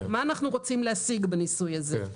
מה אנחנו רוצים להשיג בניסוי הזה?